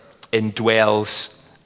indwells